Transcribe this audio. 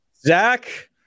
Zach